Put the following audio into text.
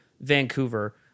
Vancouver